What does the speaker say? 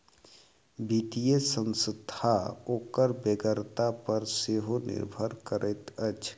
वित्तीय संस्था ओकर बेगरता पर सेहो निर्भर करैत अछि